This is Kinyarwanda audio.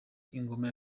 ingoma